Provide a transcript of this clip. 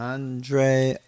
Andre